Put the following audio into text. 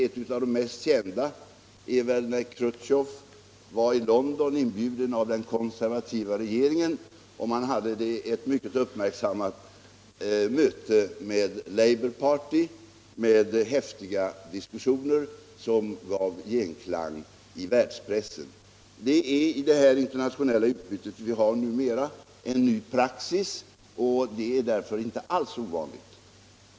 Ett av de mest kända är väl när Chrusjtjev var i London, inbjuden av den konservativa regeringen, och deltog i ett möte med Labour party med häftiga diskussioner som gav genklang i världspressen. Sådant är inte alls ovanligt. Det är i det internationella utbytet numera en ny praxis.